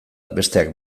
besteak